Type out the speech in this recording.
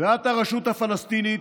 ואתא רשותא פלסטינית,